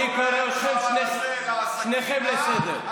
אני קורא את שניכם לסדר,